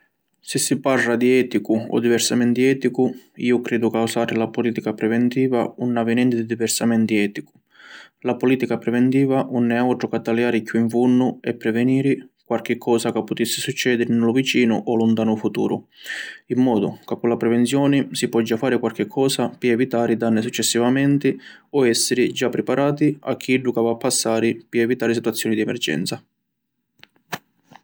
Si si parra di eticu o diversamenti eticu, iu cridu ca usari la politica preventiva 'un havi nenti di diversamenti eticu. La politica preventiva 'un è autru ca taliari chiù in funnu e preveniri quarchi cosa ca putissi succediri ni lu vicinu o luntanu futuru, in modu ca cu la prevenzioni si pò già fari quarchi cosa pi evitari danni successivamenti o essiri già priparati a chiddu ca va a passari pi evitari situazioni di emergenza.